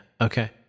Okay